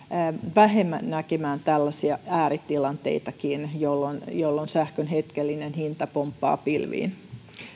vähemmän tällaisia ääritilanteitakin jolloin jolloin sähkön hetkellinen hinta pomppaa pilviin